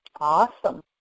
Awesome